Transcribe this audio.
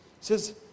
says